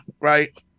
right